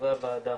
חברי הוועדה